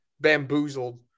bamboozled